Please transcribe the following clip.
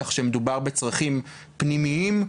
כך שמדובר בצרכים פנימיים.